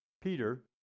Peter